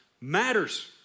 matters